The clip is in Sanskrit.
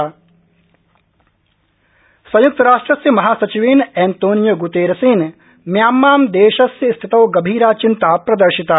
म्यामां संरामहासचिव संयुक्तराष्ट्रस्य महासचिवेन एंतोनियो ग्तेरेसेन म्यामां देशस्य स्थितौ गभीरा चिंता प्रदर्शिता